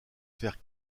faire